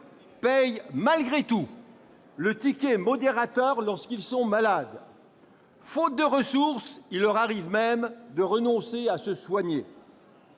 payent malgré tout le ticket modérateur lorsqu'ils sont malades. Faute de ressources, il leur arrive même de renoncer à se soigner.